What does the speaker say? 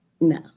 No